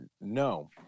no